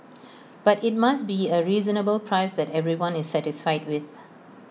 but IT must be A reasonable price that everyone is satisfied with